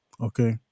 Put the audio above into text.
Okay